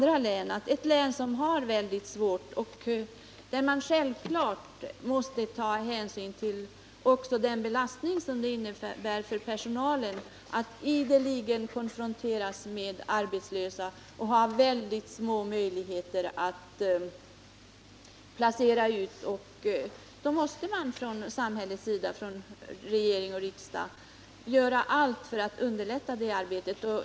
Det gäller här ett län som har det väldigt svårt och där man självfallet också måste ta hänsyn till den belastning som det innebär för personalen att ideligen konfronteras med arbetslösa och ha mycket små möjligheter att placera ut dem. Då måste man från samhällets sida — från regering och riksdag — göra allt för att underlätta det arbetet.